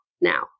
now